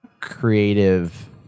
creative